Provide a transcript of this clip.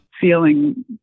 feeling